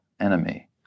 enemy